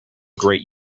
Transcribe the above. great